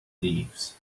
thieves